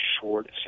short